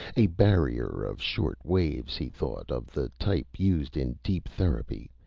a barrier of short waves, he thought, of the type used in deep therapy,